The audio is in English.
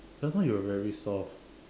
just now you were very soft